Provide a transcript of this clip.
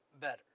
better